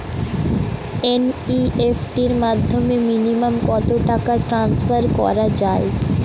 NEFT র মাধ্যমে minimum কত টাকা ট্রান্সফার করা যায়?